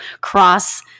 cross